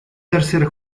tercer